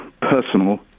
personal